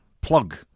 plug